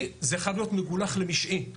זה חייב להיות מגולח למשעי.